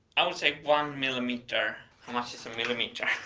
i would say one millimeter, how much is a millimeter?